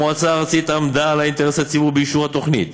המועצה הארצית עמדה על האינטרס הציבורי באישור התוכנית,